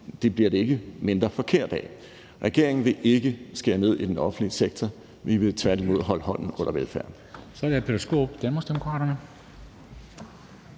det bliver det ikke mere forkert af. Regeringen vil ikke skære ned i den offentlige sektor. Vi vil tværtimod holde hånden under velfærden.